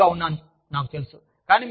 నేను లావుగా ఉన్నాను నాకు తెలుసు